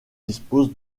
dispose